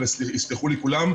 ויסלחו לי כולם,